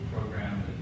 program